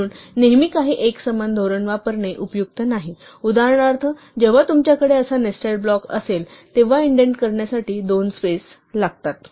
म्हणून नेहमी काही एकसमान धोरण वापरणे उपयुक्त नाही उदाहरणार्थ जेव्हा तुमच्याकडे असा नेस्टेड ब्लॉक असेल तेव्हा इंडेंट करण्यासाठी दोन स्पेस लागतात